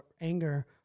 anger